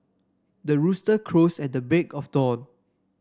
the rooster crows at the break of dawn